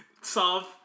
solve